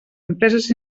empreses